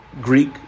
Greek